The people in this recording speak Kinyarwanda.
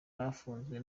bafunzwe